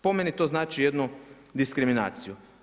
Po meni to znači jednu diskriminaciju.